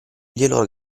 glielo